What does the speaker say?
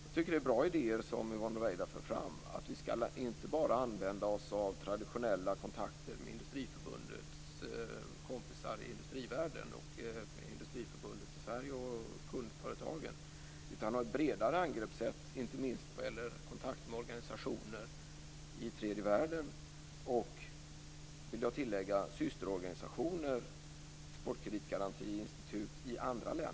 Jag tycker att Yvonne Ruwaida för fram bra idéer om att vi inte bara skall använda oss av traditionella kontakter med Industriförbundets kompisar i industrivärlden, med Industriförbundet i Sverige och med kundföretagen. Vi skall ha ett bredare angreppssätt, inte minst när det gäller kontakter med organisationer i tredje världen och, vill jag tillägga, systerorganisationer, exportkreditgarantiinstitut i andra länder.